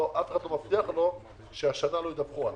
אף אחד לא מבטיח לו שהשנה לא ידווחו עליו.